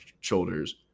shoulders